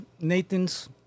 Nathan's